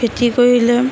খেতি কৰিলে